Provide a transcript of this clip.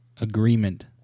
agreement